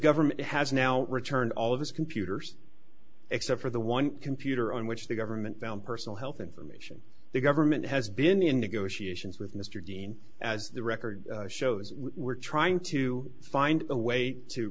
government has now returned all of his computers except for the one computer on which the government down personal health information the government has been in negotiations with mr dean as the record shows we're trying to find a way to